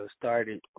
started